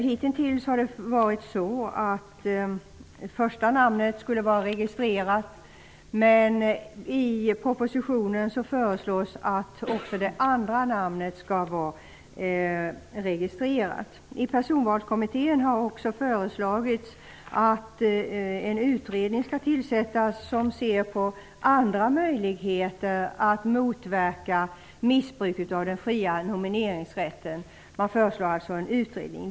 Hittills har man varit tvungen att registrera det första namnet, men i propositionen föreslås att också det andra namnet skall vara registrerat. I Personvalskommittén har det också föreslagits att en utredning skall tillsättas som ser på andra möjligheter att motverka missbruk av den fria nomineringsrätten. Man föreslår alltså en utredning.